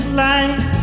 light